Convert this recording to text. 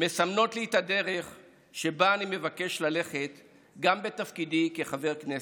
מסמנות לי את הדרך שבה אני מבקש ללכת גם בתפקידי כחבר כנסת.